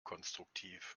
konstruktiv